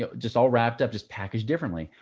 just all wrapped up, just packaged differently.